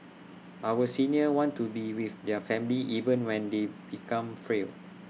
our seniors want to be with their family even when they become frail